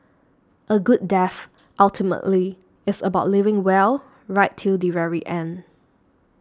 a good death ultimately is about living well right till the very end